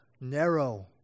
narrow